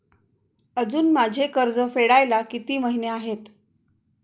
अजुन माझे कर्ज फेडायला किती महिने आहेत?